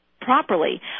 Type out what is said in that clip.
properly